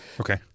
Okay